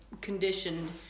conditioned